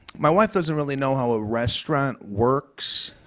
my wife doesn't really know how a restaurant works.